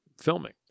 filming